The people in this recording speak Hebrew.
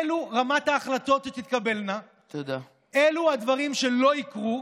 זו רמת ההחלטות שתתקבלנה, אלו הדברים שלא יקרו,